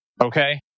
Okay